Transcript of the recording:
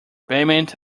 payment